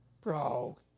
Bro